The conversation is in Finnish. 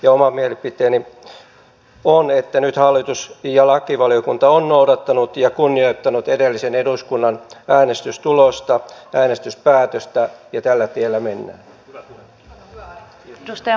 ja oma mielipiteeni on että hallitus ja lakivaliokunta ovat nyt noudattaneet ja kunnioittaneet edellisen eduskunnan äänestyspäätöstä ja tällä tiellä mennään